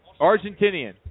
Argentinian